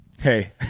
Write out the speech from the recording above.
Hey